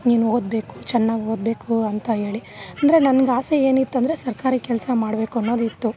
ನೀನು ಓದಬೇಕು ಚೆನ್ನಾಗಿ ಓದಬೇಕು ಅಂತ ಹೇಳಿ ಅಂದರೆ ನನ್ಗೆ ಆಸೆ ಏನಿತ್ತೆಂದ್ರೆ ಸರ್ಕಾರಿ ಕೆಲ್ಸ ಮಾಡಬೇಕು ಅನ್ನೋದಿತ್ತು